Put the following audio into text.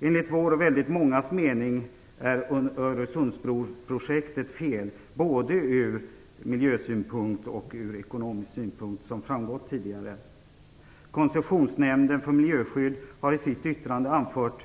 Enligt vår och många andras mening är Öresundsbroprojektet fel både ur miljösynpunkt och ur ekonomisk synpunkt. Koncessionsnämnden för miljöskydd har i sitt yttrande anfört